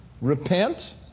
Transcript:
Repent